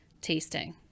tasting